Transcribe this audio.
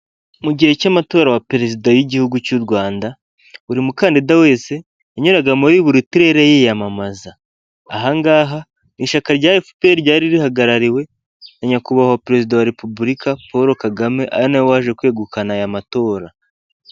Mu gihe cy'amatora wa perezida y'igihugu cy'u Rwanda buri mukandida wese yanyuraga muri buri turere yiyamamaza, ahangaha ishyaka rya efuperi ryari rihagarariwe na nyakubahwa perezida wa repubulika Paul Kagame ari nawe waje kwegukana aya matora.